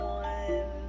one